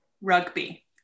rugby